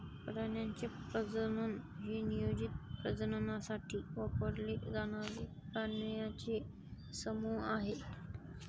प्राण्यांचे प्रजनन हे नियोजित प्रजननासाठी वापरले जाणारे प्राण्यांचे समूह आहे